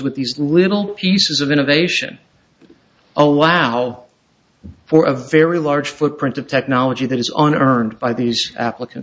with these little pieces of innovation allow for a very large footprint of technology that is on earned by these applicant